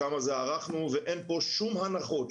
ואין פה שום הנחות,